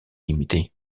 limitée